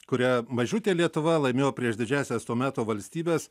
kurią mažutė lietuva laimėjo prieš didžiąsias to meto valstybes